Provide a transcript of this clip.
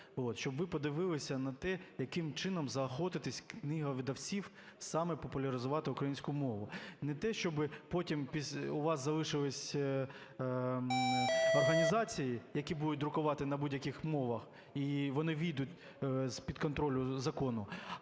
щоб ви подивилися на те, яким чином заохотити книговидавців саме популяризувати українську мову. Не те, щоб потім у вас залишились організації, які будуть друкувати на будь-яких мовах і вони вийдуть з-під контролю закону,